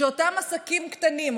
שלאותם עסקים קטנים,